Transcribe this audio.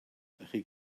roeddech